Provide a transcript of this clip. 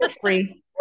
free